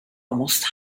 almost